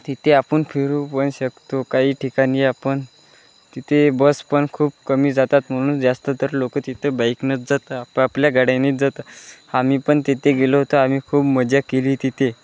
तिथे आपण फिरू पण शकतो काही ठिकाणी आपण तिथे बस पण खूप कमी जातात म्हणून जास्त तर लोक तिथं बाईकनच जातं आपपल्या गाड्यांनीच जातात आम्ही पण तिथे गेलो होतो आम्ही खूप मजा केली तिथे